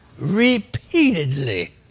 repeatedly